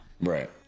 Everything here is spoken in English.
Right